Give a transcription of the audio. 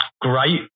great